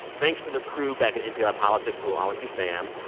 thanks to the crew back at npr politics who will always be fam.